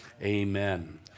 Amen